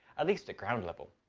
at least at ground level.